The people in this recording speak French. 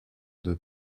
deux